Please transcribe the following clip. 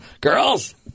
Girls